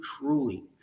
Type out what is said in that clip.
truly